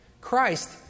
Christ